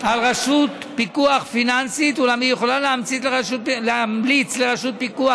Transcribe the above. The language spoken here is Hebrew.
על רשות פיקוח פיננסית אולם היא יכולה להמליץ לרשות פיקוח,